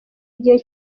igihe